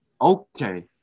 okay